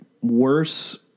worse